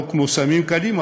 לא כמו סמים קלים,